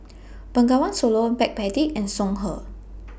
Bengawan Solo Backpedic and Songhe